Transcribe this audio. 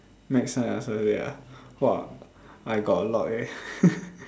make someone else's day ah !wah! I got a lot eh